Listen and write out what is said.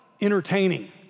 entertaining